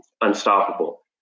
unstoppable